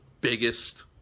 biggest